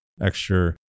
extra